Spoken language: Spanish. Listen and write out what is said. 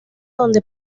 donde